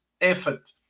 effort